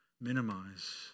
minimize